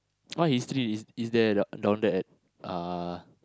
what history is is there do~ down there at ah